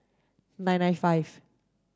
nine nine five